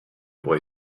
boy